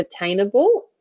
attainable